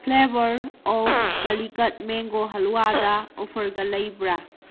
flavour of Calicut mango ꯍꯂꯨꯋꯥꯗ ꯑꯣꯐꯔꯒ ꯂꯩꯕ꯭ꯔꯥ